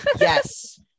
Yes